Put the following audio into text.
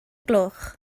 gloch